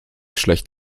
schlecht